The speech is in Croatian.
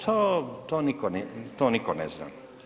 To niko ne zna.